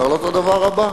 אומר לו את הדבר הבא: